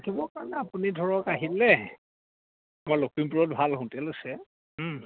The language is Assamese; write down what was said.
থাকিবৰ কাৰণে আপুনি ধৰক আহিলে আমাৰ লখিমপুৰত ভাল হোটেল আছে